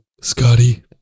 Scotty